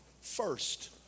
first